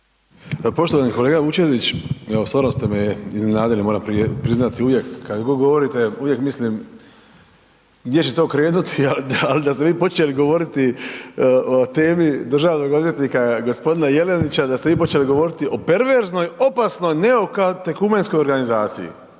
Poštovani kolega Vučetić, evo stvarno ste me iznenadili, moram priznati, uvijek kad god govorite, uvijek mislim gdje će to krenuti ali da ste vi počeli govoriti o temi državnog odvjetnika, g. Jelenića, da ste vi počeli govoriti o perverznoj opasno-neokatekumenskoj organizacija.